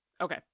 Okay